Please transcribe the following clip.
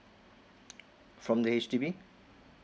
from the H_D_B